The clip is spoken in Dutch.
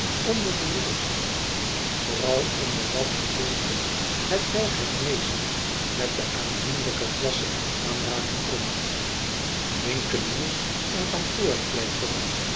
onder den middelstand vooral onder dat gedeelte hetwelk het meest met de aanzienlijke klasse in aanraking komt winkeliers en